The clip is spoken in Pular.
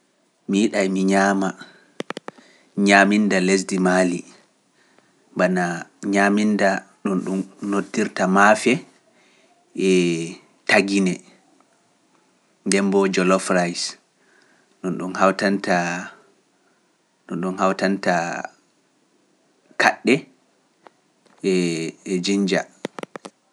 Mi yiɗae mi ñaama ñaaminda lesdi Mali, bana ñaaminda ɗum ɗum noddirta maafe e tagine, ndemboo jolofrais, ɗum ɗum hawtanta kaɗɗe e jinja.